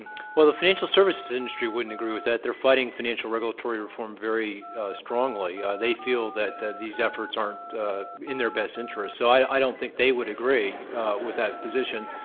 well, the financial services industry wouldn't agree with that. they're fighting financial regulatory reform very strongly. they feel that that these efforts aren't in their best interest. so i don't think they would agree with that position.